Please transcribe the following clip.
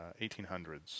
1800s